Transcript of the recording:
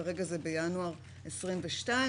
כרגע זה בינואר 22',